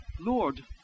Lord